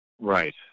right